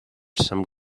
some